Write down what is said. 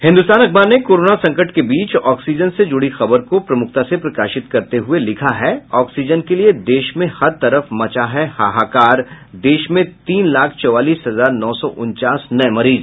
हिन्दुस्तान अखबार ने कोरोना संकट के बीच ऑक्सीजन से जुड़ी खबर को प्रमुखता से प्रकाशित करते हुए लिखा है ऑक्सीजन के लिए देश में हर तरफ मचा हाहाकार देश में तीन लाख चौवालीस हजार नौ सौ उनचास नये मरीज